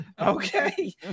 okay